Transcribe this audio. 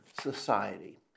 society